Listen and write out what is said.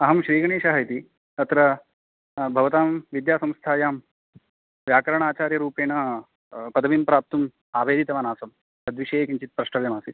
अहं श्रीगणेशः इति अत्र भवतां विद्यासंस्थायां व्याकरणाचार्यरूपेण पदवीं प्राप्तुम् आवेदितवानासं तद्विषये किञ्चित् पृष्टव्यमासीत्